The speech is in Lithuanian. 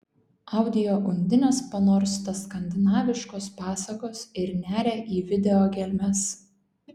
audio undinės panorsta skandinaviškos pasakos ir neria į video gelmes